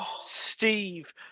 Steve